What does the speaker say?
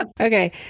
Okay